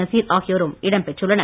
நசீர் ஆகியோரும் இடம்பெற்றுள்ளனர்